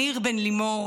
ניר בן לימור,